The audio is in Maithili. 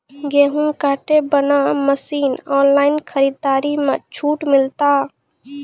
गेहूँ काटे बना मसीन ऑनलाइन खरीदारी मे छूट मिलता?